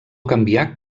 canvià